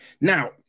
now